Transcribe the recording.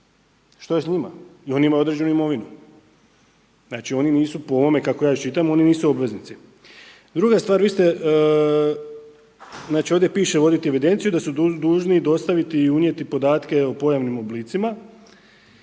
Što je s njima? I oni imaju određenu imovinu. Znači, oni nisu po ovome kako ja iščitam, oni nisu obveznici. Druga stvar, vi ste, znači ovdje piše voditi evidenciju da su dužni dostaviti i unijeti podatke o pojavnim oblicima.